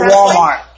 Walmart